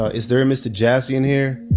ah is there a mr. jassy in here?